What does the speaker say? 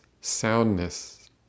soundness